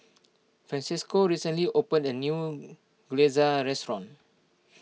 Francesco recently opened a new Gyoza restaurant